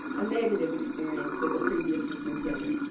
a negative experience with the previous superintendent.